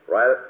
Right